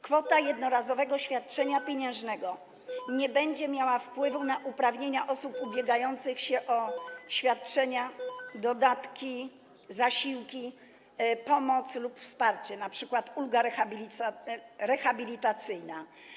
Kwota tego jednorazowego świadczenia pieniężnego nie będzie miała wpływu na uprawnienia osób ubiegających się o świadczenia, dodatki, zasiłki, pomoc lub wsparcie, np. ulgę rehabilitacyjną.